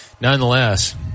Nonetheless